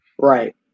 Right